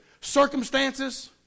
Circumstances